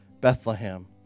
Bethlehem